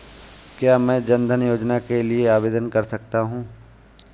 क्या मैं जन धन योजना के लिए आवेदन कर सकता हूँ?